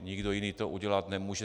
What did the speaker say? Nikdo jiný to udělat nemůže.